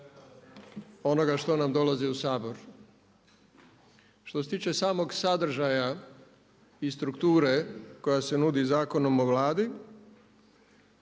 onoga što nam dolazi u Sabor. Što se tiče samog sadržaja i strukture koja se nudi Zakonom o Vladi